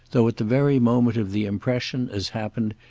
though at the very moment of the impression, as happened,